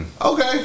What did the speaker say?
Okay